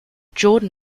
jordan